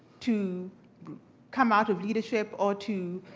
to come out of leadership, or to,